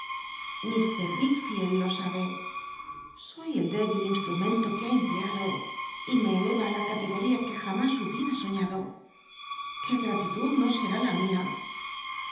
ir wickfield lo sabe soy el débil instrumento que ha emplea do y me eleva tí la categoría que jamás hubiera soñado qué gratitud no serü la mi